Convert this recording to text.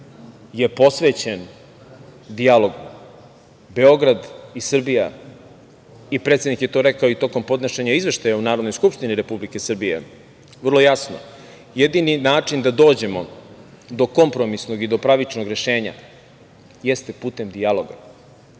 je posvećen dijalogu. Beograd i Srbija i predsednik je to rekao i tokom podnošenja izveštaja u Narodnoj skupštini Republike Srbije vrlo jasno, jedini način da dođemo do kompromisnog i do pravičnog rešenja jeste putem dijaloga. Srbija